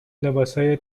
لباسای